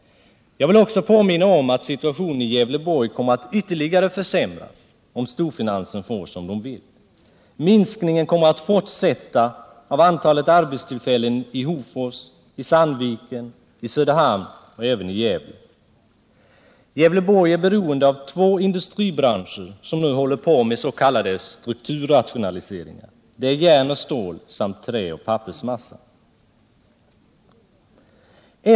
Jag vill också påminna om att situationen i Gävleborgs län kommer att ytterligare försämras, om storfinansen får som den vill. Minskningen av antalet arbetstillfällen kommer att fortsätta i Hofors, i Sandviken, i Söderhamn och även i Gävle. Gävleborgs län är beroende av två industribranscher som nu håller på med s.k. strukturrationaliseringar. Det är järnoch stålbranschen samt träoch pappersmassebranschen.